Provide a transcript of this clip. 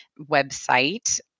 website